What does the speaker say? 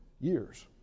years